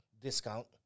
discount